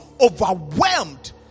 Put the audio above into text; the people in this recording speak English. overwhelmed